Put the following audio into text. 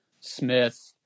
Smith